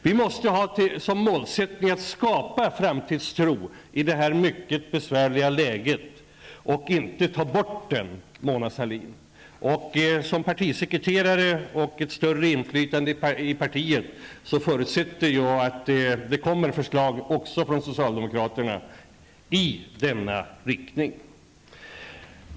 Vi måste ha som målsättning att skapa framtidstro i detta mycket besvärliga läge och inte att ta bort den, Mona Sahlin! Med Mona Sahlin som partisekreterare och med ett större inflytande i partiet förutsätter jag att det kommer förslag också från socialdemokraterna i denna riktning.